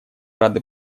рады